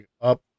up